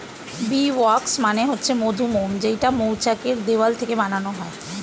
bee wax মানে হচ্ছে মধুমোম যেইটা মৌচাক এর দেওয়াল থেকে বানানো হয়